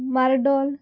Mardol